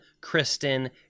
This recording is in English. Kristen